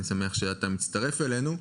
אני שמח שאתה מצטרף אלינו.